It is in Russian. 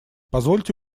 позвольте